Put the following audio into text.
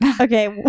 Okay